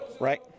Right